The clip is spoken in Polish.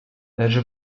lecz